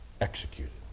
executed